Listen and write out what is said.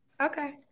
Okay